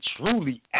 truly